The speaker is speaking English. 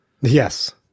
Yes